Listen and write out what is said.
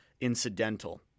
incidental